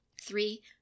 Three